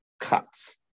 cuts